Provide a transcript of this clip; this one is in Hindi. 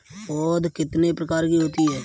पौध कितने प्रकार की होती हैं?